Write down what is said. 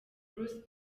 bruce